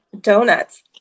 Donuts